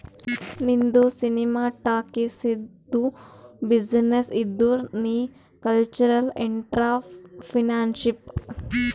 ನಿಂದು ಸಿನಿಮಾ ಟಾಕೀಸ್ದು ಬಿಸಿನ್ನೆಸ್ ಇದ್ದುರ್ ನೀ ಕಲ್ಚರಲ್ ಇಂಟ್ರಪ್ರಿನರ್ಶಿಪ್